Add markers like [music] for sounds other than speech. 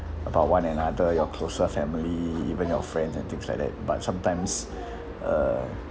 about one another your closer family even your friends and things like that but sometimes [breath] uh